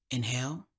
Inhale